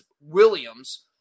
Williams